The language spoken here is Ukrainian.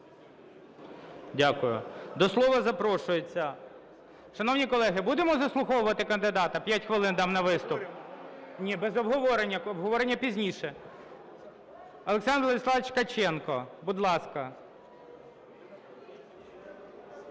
Дякую. До слова запрошується... Шановні колеги, будемо заслуховувати кандидата? 5 хвилин дам на виступ. (Шум у залі) Ні, без обговорення. Обговорення пізніше. Олександр Владиславович Ткаченко. Будь ласка.